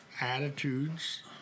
attitudes